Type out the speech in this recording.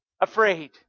afraid